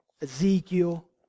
Ezekiel